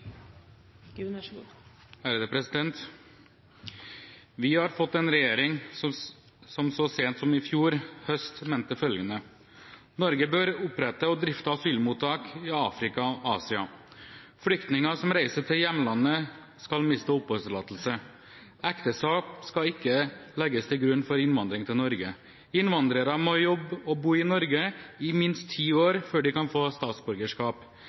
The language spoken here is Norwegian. regjering som så sent som i fjor høst mente følgende: Norge bør opprette og drifte asylmottak i Afrika og Asia. Flyktninger som reiser til hjemlandet, skal miste oppholdstillatelse. Ekteskap skal ikke legges til grunn for innvandring til Norge. Innvandrere må jobbe og bo i Norge i minst ti år før de kan få